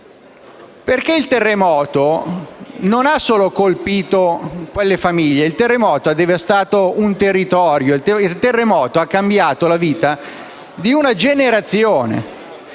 perché il terremoto non ha solo colpito quelle famiglie, ma ha anche devastato un territorio, ha cambiato la vita di una generazione.